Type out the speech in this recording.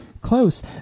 close